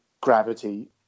gravity